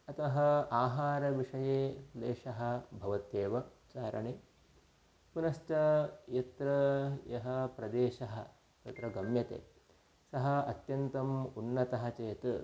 अतः आहारविषये क्लेशः भवत्येव चारणे पुनश्च यत्र यः प्रदेशः तत्र गम्यते सः अत्यन्तम् उन्नतः चेत्